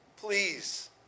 Please